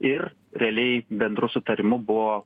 ir realiai bendru sutarimu buvo